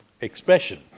expression